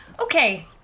Okay